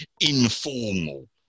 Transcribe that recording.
informal